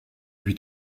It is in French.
lui